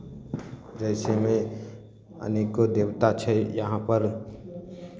जइसेमे अनेको देवता छै यहाँपर